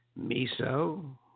Miso